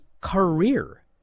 Career